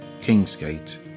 Kingsgate